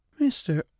mr